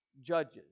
judges